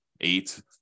eight